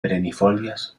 perennifolias